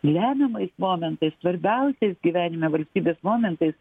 lemiamais momentais svarbiausiais gyvenime valstybės momentais